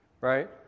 Right